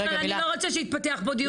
מיכל, אני לא רוצה שיפתח פה דיון.